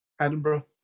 Edinburgh